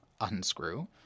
unscrew